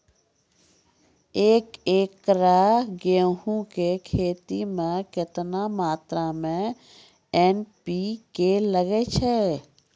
एक एकरऽ गेहूँ के खेती मे केतना मात्रा मे एन.पी.के लगे छै?